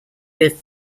lived